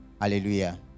Hallelujah